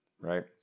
right